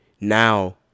now